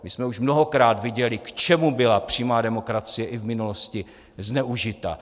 My jsme už mnohokrát viděli, k čemu byla přímá demokracie i v minulosti zneužita.